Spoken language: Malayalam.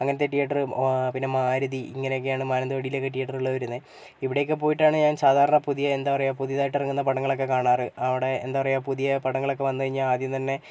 അങ്ങനത്തെ തിയേറ്റർ പിന്നെ മാരുതി ഇങ്ങനെയൊക്കെയാണ് മാനന്തവാടിയിലെയൊക്കെ തിയേറ്ററുകൾ വരുന്നത് ഇവിടെയൊക്കെ പോയിട്ടാണ് ഞാൻ സാധാരണ പുതിയ എന്താണ് പറയുക പുതിയതായിട്ട് ഇറങ്ങുന്ന പടങ്ങളൊക്കെ കാണാറ് അവിടെ എന്താണ് പറയുക പുതിയ പടങ്ങളൊക്കെ വന്നുകഴിഞ്ഞാൽ ആദ്യം തന്നെ